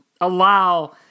allow